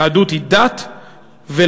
היהדות היא דת ולאום.